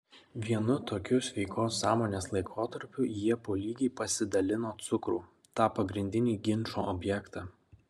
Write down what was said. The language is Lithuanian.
vienu tokiu sveikos sąmonės laikotarpiu jie po lygiai pasidalino cukrų tą pagrindinį ginčo objektą